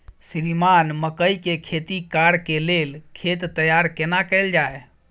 श्रीमान मकई के खेती कॉर के लेल खेत तैयार केना कैल जाए?